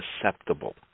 susceptible